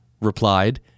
replied